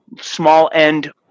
small-end